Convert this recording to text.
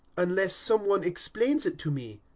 unless some one explains it to me?